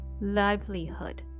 livelihood